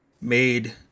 made